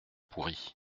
pourris